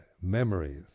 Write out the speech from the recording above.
memories